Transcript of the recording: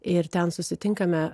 ir ten susitinkame